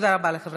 בסדר, אז לכן